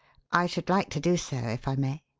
i should like to do so if i may.